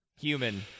human